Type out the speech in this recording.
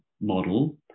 model